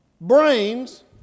brains